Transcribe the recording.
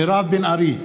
מירב בן ארי,